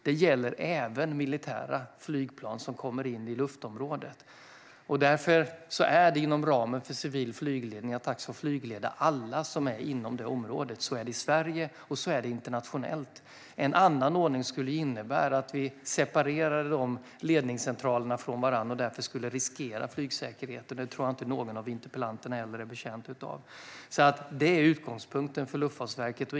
Det gäller även militära flygplan som kommer in i luftområdet. Därför är det inom ramen för civil flygledning att också flygleda alla som är i det området. Så är det i Sverige och internationellt. En annan ordning skulle innebära att vi separerade ledningscentralerna från varandra, vilket skulle riskera flygsäkerheten. Det tror jag inte att någon av interpellanterna är betjänt av. Detta och inget annat är alltså utgångspunkten för Luftfartsverket.